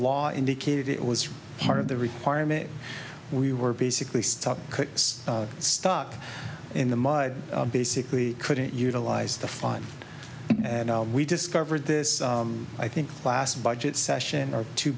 law indicated it was part of the requirement we were basically stuck stuck in the mud basically couldn't utilize the fun and we discovered this i think last budget session our t